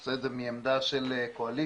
עושה את זה מעמדה של קואליציה,